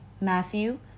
Matthew